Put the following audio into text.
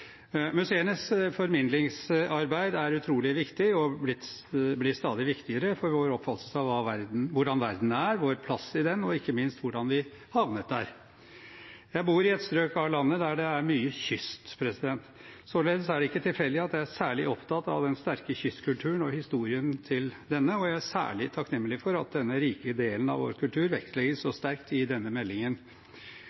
Museenes formidlingsarbeid er utrolig viktig og blir stadig viktigere for vår oppfattelse av hvordan verden er, vår plass i den og ikke minst hvordan vi havnet der. Jeg bor i et strøk av landet der det er mye kyst. Således er det ikke tilfeldig at jeg er særlig opptatt av den sterke kystkulturen og historien til denne, og jeg er særlig takknemlig for at denne rike delen av vår kultur vektlegges så